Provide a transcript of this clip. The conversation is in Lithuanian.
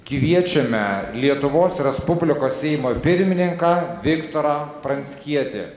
kviečiame lietuvos respublikos seimo pirmininką viktorą pranckietį